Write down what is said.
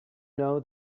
know